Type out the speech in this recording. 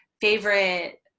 favorite